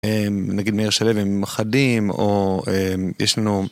נגיד מאיר שלו ימים אחדים, או יש לנו...